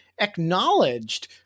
acknowledged